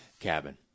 cabin